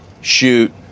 shoot